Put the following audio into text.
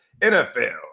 NFL